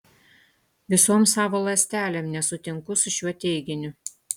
visom savo ląstelėm nesutinku su šiuo teiginiu